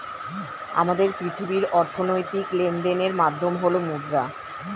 আমাদের পৃথিবীর অর্থনৈতিক লেনদেনের মাধ্যম হল মুদ্রা